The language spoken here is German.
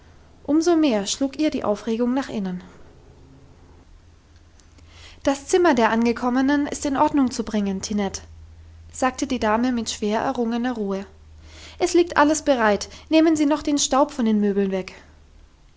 umso mehr schlug ihr die aufregung nach innen das zimmer der angekommenen ist in ordnung zu bringen tinette sagte die dame mit schwer errungener ruhe es liegt alles bereit nehmen sie noch den staub von den möbeln weg